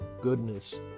goodness